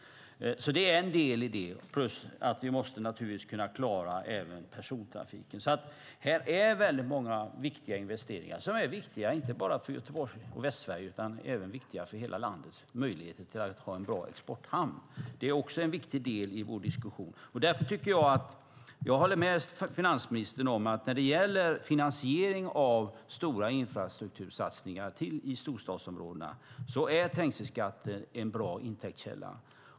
Det är en del - plus att vi givetvis också måste kunna klara persontrafiken. Det handlar om många viktiga investeringar som är viktiga inte bara för Göteborg och Västsverige utan för hela landets möjlighet att ha en bra exporthamn. Jag håller med finansministern om att när det gäller finansiering av stora infrastruktursatsningar i storstadsområden är trängselskatt en bra intäktskälla.